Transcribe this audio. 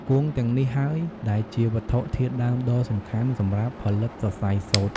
គួងទាំងនេះហើយដែលជាវត្ថុធាតុដើមដ៏សំខាន់សម្រាប់ផលិតសរសៃសូត្រ។